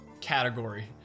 category